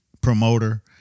promoter